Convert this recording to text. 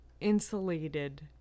insulated